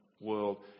world